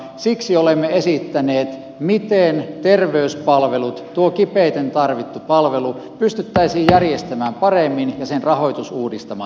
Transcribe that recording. siksi olemme esittäneet miten terveyspalvelut nuo kipeiten tarvitut palvelut pystyttäisiin järjestämään paremmin ja niiden rahoitus uudistamaan